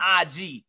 IG